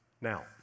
Now